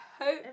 Hope